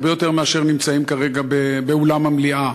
הרבה יותר מאשר נמצאים כרגע באולם המליאה.